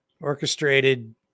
Orchestrated